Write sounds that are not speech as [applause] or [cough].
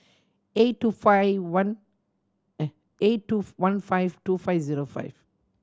eight two five one [hesitation] eight two one five two five zero five